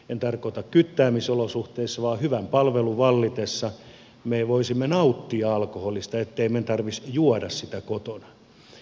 en tarkoita kyttäämisolosuhteissa vaan hyvän palvelun vallitessa me voisimme nauttia alkoholista ettei meidän tarvitsisi juoda sitä kotona